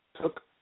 took